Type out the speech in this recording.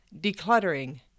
decluttering